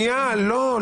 לא.